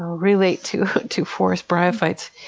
relate to to forest bryophytes.